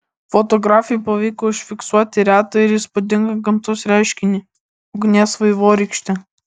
fotografei pavyko užfiksuoti retą ir įspūdingą gamtos reiškinį ugnies vaivorykštę